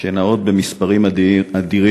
נעות בין מספרים אדירים,